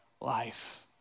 life